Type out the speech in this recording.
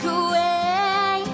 away